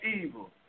evil